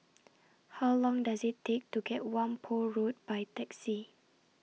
How Long Does IT Take to get Whampoa Road By Taxi